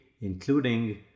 including